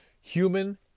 Human